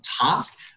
task